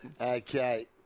Okay